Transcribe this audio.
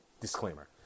disclaimer